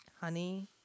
Honey